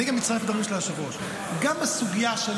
גם אני מצטרף לדברים של היושב-ראש: גם בסוגיה של